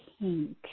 pink